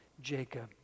Jacob